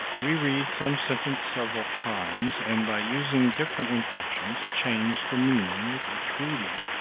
reread some sentence several times and by using different inflections change the meaning with each reading.